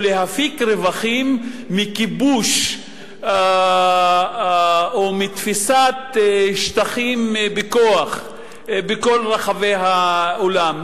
להפיק רווחים מכיבוש או מתפיסת שטחים בכוח בכל רחבי העולם.